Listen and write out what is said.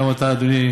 גם אתה אדוני,